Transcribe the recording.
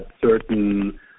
certain